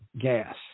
gas